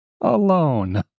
alone